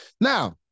Now